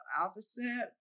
opposite